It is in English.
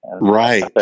Right